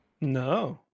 No